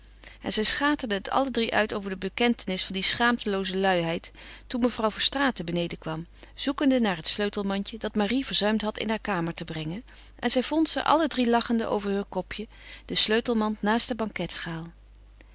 en zij schaterden het alle drie uit over de bekentenis van die schaamtelooze luiheid toen mevrouw verstraeten beneden kwam zoekende naar het sleutelmandje dat marie verzuimd had in haar kamer te brengen en zij vond ze alle drie lachende over heur kopje de sleutelmand naast de